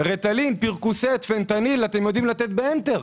רטלין, פרכוסית, פנטניל, אתם יודעים לתת באנטר.